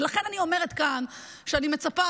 ולכן אני אומרת כאן שאני מצפה,